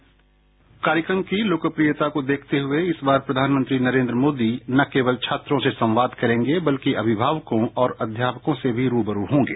bite कार्यक्रम की लोकप्रियता को देखते हुए इस बार प्रधानमंत्री नरेन्द्र मोदी न केवल छात्रों से संवाद करेंगे बल्कि अभिभावकों और अध्यापकों से भी रू ब रू होंगे